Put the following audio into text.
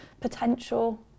potential